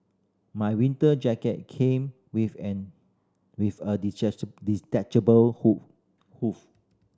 my winter jacket came with an with a detachable hood